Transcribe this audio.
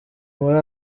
muri